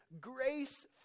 grace